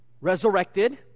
resurrected